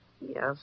Yes